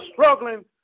struggling